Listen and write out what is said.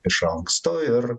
iš anksto ir